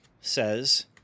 says